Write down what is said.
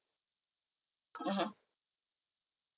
(uh huh)